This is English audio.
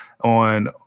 on